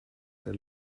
der